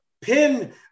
pin